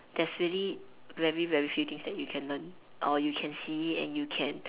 there's really very very few things that you can learn or you can see it and you can